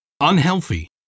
unhealthy